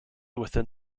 within